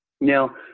Now